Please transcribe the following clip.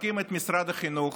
מפרקים את משרד החינוך,